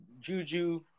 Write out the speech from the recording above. Juju